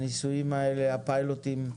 הניסויים האלה, הפיילוטים,